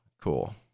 Cool